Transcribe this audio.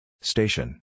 Station